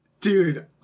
Dude